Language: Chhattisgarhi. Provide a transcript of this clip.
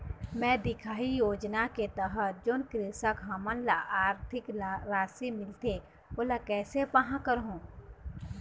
मैं दिखाही योजना के तहत जोन कृषक हमन ला आरथिक राशि मिलथे ओला कैसे पाहां करूं?